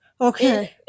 Okay